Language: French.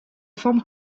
forme